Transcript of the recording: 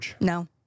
No